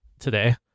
today